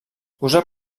usa